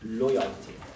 loyalty